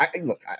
Look